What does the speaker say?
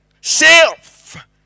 Self